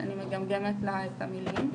שאני מגמגמת לה את המילים,